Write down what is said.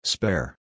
Spare